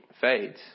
fades